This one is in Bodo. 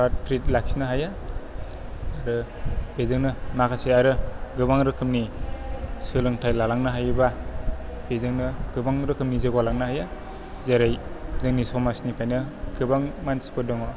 फ्राथ फ्रिद लाखिनो हायो आरो बेजोंनो माखासे आरो गोबां रोखोमनि सोलोंथाइ लालांनो हायोबा बेजोंनो गोबां रोखोमनि जौगालांनो हायो जेरै जोंनि समाजनिफ्रायनो गोबां मानसिफोर दङ